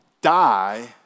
die